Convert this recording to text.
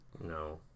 No